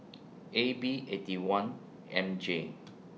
A B Eighty One M J